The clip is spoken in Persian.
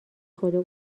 خدا